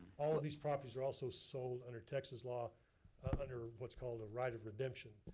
all of these properties are also sold under texas law under what's called right of redemption.